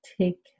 take